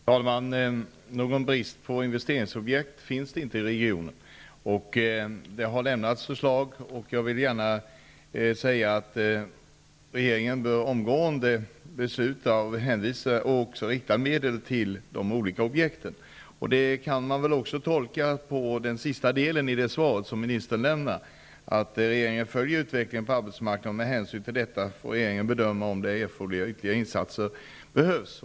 Herr talman! Någon brist på investeringsprojekt finns inte i regionen. Det har lämnats förslag och jag vill gärna säga att regeringen omgående bör besluta och anvisa medel till de olika objekten. I sista delen av svaret som lämnades stod att regeringen följer utvecklingen på arbetsmarknaden och att regeringen med hänsyn till detta får bedöma om ytterliggare insatser behövs.